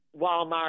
Walmart